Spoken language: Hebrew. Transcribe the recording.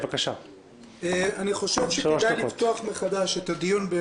אני חושב שכדאי לפתוח מחדש את הדיון על